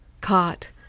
caught